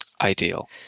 Ideal